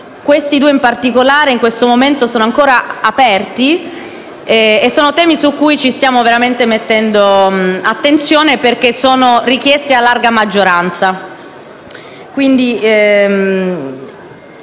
questi due, in particolare, attualmente sono ancora aperti e su di essi ci stiamo veramente mettendo attenzione, perché richiesti a larga maggioranza.